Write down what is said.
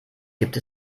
gibt